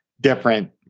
different